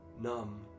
Numb